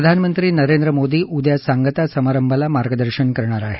प्रधानमंत्री नरेंद्र मोदी उद्या सांगता समारंभाला मार्गदर्शन करणार आहेत